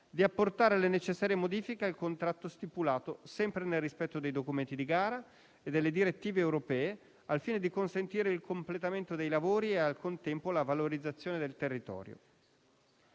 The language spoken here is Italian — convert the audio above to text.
di apportare le necessarie modifiche al contratto stipulato, sempre nel rispetto dei documenti di gara e delle direttive europee, al fine di consentire il completamento dei lavori e, al contempo, la valorizzazione del territorio.